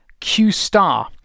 QStar